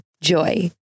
Joy